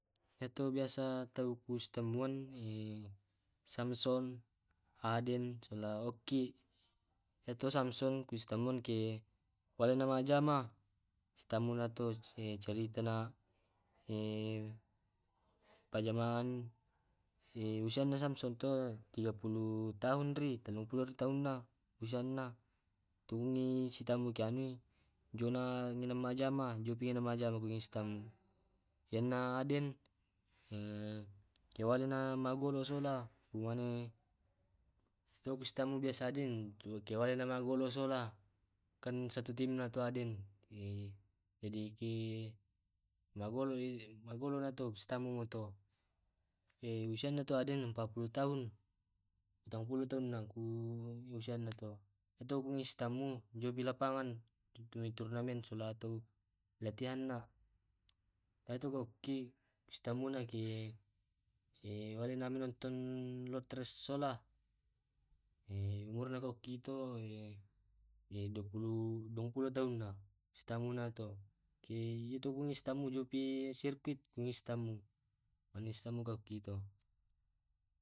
Iya to biasa tau ku temui samson aden sola oky iya samson ku tama pas wale majama cerita a usia na samson ton tiga puluh tahun risi tamu ka pas jamma ka sama den en aden ke magolo ka sola iya biasa ka ketemu aden ke magollo ka sola kan satu tim ka aden jadi ki magolo ka ketemu ma to usi na aden empat puluh iya tu sitamu a pas turnamen ewaktu latihan na setelah itu sitamu ka pas nonton lotres sola usia na to empat puluh tahu sitamu na oky